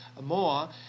more